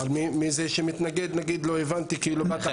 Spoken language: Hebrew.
אדון דבאח,